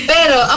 Pero